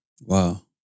Wow